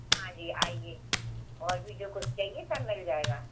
हाँ जी आईए और भी जो कुछ चाहिए सब मिल जाएगा